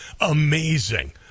amazing